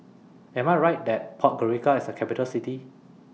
Am I Right that Podgorica IS A Capital City